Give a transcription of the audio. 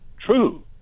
true